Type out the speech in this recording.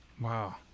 wow